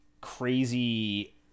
crazy